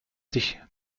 sich